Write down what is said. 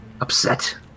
upset